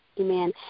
Amen